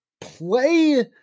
play